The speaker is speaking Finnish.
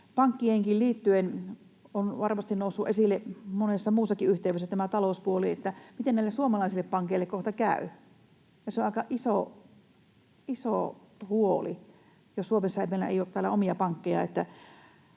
Pankkeihinkin liittyen on varmasti noussut esille monessa muussakin yhteydessä tämä talouspuoli, miten meillä suomalaisille pankeille kohta käy. Se on aika iso huoli, jos täällä meillä Suomessa ei ole omia pankkeja,